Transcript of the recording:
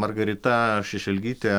margarita šešelgytė